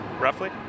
roughly